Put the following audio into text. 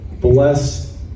bless